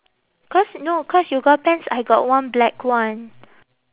cause no cause yoga pants I got one black one